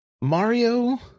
Mario